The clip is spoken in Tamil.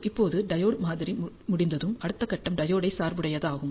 இப்போது டையோடு மாதிரி முடிந்ததும் அடுத்த கட்டம் டையோடை சார்புடையதாக்குவது ஆகும்